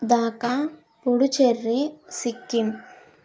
దాకా పుడుచెర్రీ సిక్కిం